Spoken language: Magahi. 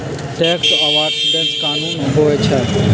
टैक्स अवॉइडेंस कानूनी होइ छइ